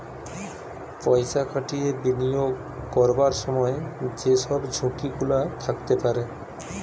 পয়সা খাটিয়ে বিনিয়োগ করবার সময় যে সব ঝুঁকি গুলা থাকতে পারে